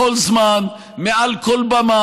בכל זמן, מעל כל במה.